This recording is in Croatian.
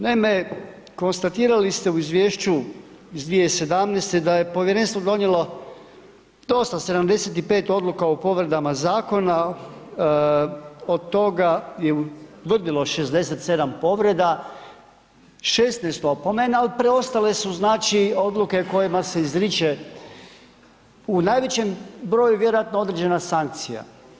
Naime, konstatirali ste u izvješću iz 2017. da je povjerenstvo donijelo dosta, 75 odluka o povredama zakona, od toga je utvrdilo 67 povreda, 16 opomena, a preostale su znači, odluke kojima se izriče u najvećem broju vjerojatno određena sankcija.